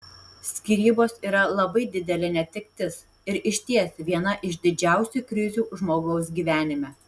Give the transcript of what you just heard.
skyrybos yra labai didelė netektis ir išties viena iš didžiausių krizių žmogaus gyvenime